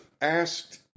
asked